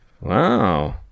Wow